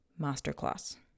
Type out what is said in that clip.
masterclass